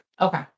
Okay